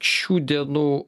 šių dienų